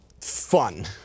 fun